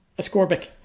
ascorbic